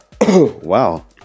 Wow